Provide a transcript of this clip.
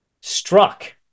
struck